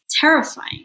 Terrifying